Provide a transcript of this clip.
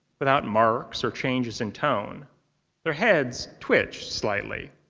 without marks or changes in tone their heads twitched slightly.